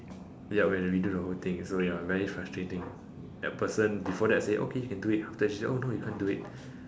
ya we had to redo the whole thing so ya very frustrating that person before that say okay you can do it after that she say oh no you can't do it